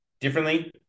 differently